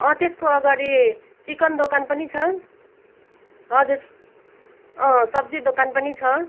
अँ त्यसको अगाडि चिकन दोकान पनि छ हजुर अँ सब्जी दोकान पनि छ